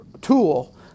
tool